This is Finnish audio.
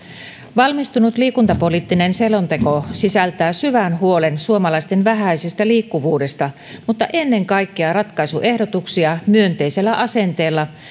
valmistunut liikuntapoliittinen selonteko sisältää syvän huolen suomalaisten vähäisestä liikkuvuudesta mutta ennen kaikkea ratkaisuehdotuksia myönteisellä asenteella